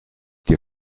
dir